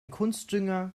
kunstdünger